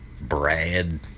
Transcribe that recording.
Brad